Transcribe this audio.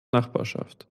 nachbarschaft